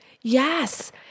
Yes